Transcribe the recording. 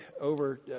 over